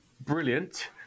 brilliant